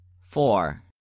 Four